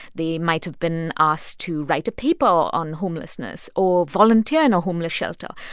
they might have been asked to write a paper on homelessness or volunteer in a homeless shelter,